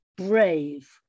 brave